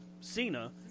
Cena